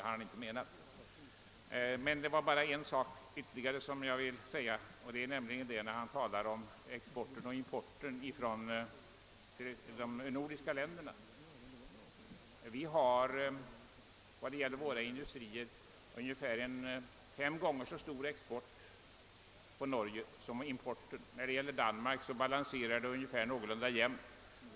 Jag vill närmast tillägga några ord beträffande herr Carlsteins framställning av importoch exportutbytet med de nordiska länderna. Vår export av industrivaror till Norge är värdemässigt ungefär fem gånger större än importen därifrån. Beträffande Danmark är balansen någorlunda jämn.